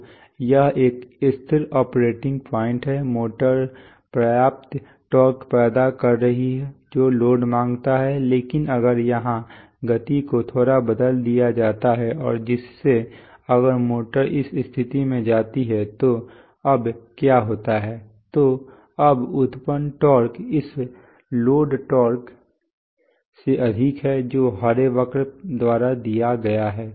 तो यह एक स्थिर ऑपरेटिंग पॉइंट है मोटर पर्याप्त टॉर्क पैदा कर रही है जो लोड मांगता है लेकिन अगर यहाँ गति को थोड़ा बदल दिया जाता है और जिससे अगर मोटर इस स्थिति में जाती है तो अब क्या होता है तो अब उत्पन्न टॉर्क इस लोड टॉर्क से अधिक है जो हरे वक्र द्वारा दिया गया है